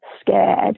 scared